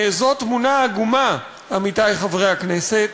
זו תמונה עגומה, עמיתי חברי הכנסת,